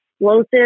explosive